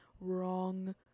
Wrong